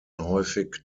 häufig